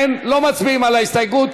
אין, לא מצביעים על ההסתייגות.